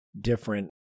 different